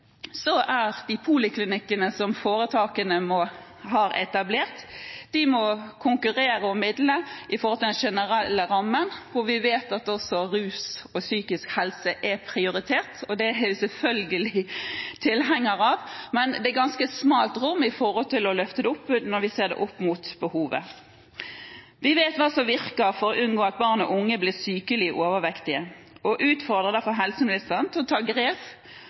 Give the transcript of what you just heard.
de poliklinikkene som foretakene har etablert, konkurrere om midlene fra den generelle rammen, hvor vi vet at også rus og psykisk helse er prioritert. Det er jeg selvfølgelig tilhenger av, men det er ganske lite rom for å løfte det opp når vi ser det opp mot behovet. Vi vet hva som virker for å unngå at barn og unge blir sykelig overvektige, og utfordrer derfor helseministeren til å ta grep